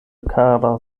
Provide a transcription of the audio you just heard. kara